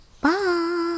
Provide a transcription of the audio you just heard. Bye